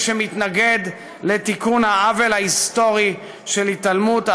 שמתנגד לתיקון העוול ההיסטורי של התעלמות,